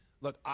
look